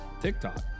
TikTok